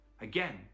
Again